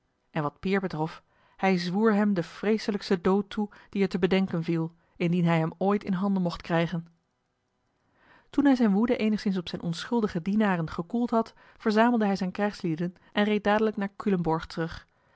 en wat peer betrof hij zwoer hem den vreeselijksten dood toe die er te bedenken viel indien hij hem ooit in handen mocht krijgen toen hij zijne woede eenigszins op zijn onschuldige dienaren gekoeld had verzamelde hij zijne krijgslieden en reed dadelijk naar culemborg terug